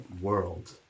world